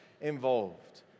involved